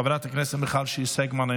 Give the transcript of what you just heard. חברת הכנסת מיכל שיר סגמן,